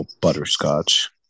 butterscotch